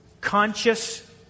conscious